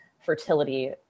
fertility